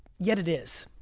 yet it is.